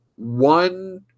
One